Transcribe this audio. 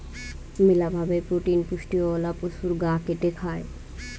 মেলা ভাবে প্রোটিন পুষ্টিওয়ালা পশুর গা কেটে খায়